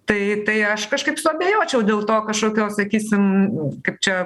tai tai aš kažkaip suabejočiau dėl to kažkokio sakysim kaip čia